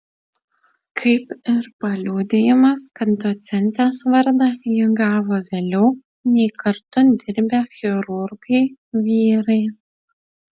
kaip ir paliudijimas kad docentės vardą ji gavo vėliau nei kartu dirbę chirurgai vyrai